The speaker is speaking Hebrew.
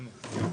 תודה.